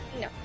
No